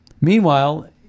Meanwhile